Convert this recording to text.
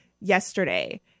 yesterday